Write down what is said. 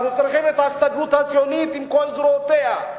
אנחנו צריכים את ההסתדרות הציונית על כל זרועותיה,